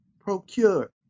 procure